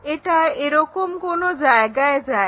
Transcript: এটা এরকম কোনো জায়গায় যায়